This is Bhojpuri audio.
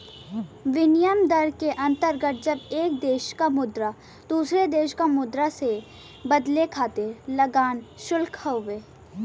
विनिमय दर के अंतर्गत जब एक देश क मुद्रा दूसरे देश क मुद्रा से बदले खातिर लागल शुल्क हउवे